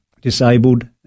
disabled